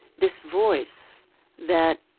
this voice that